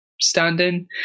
standing